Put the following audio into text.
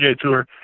Tour